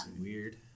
weird